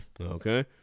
Okay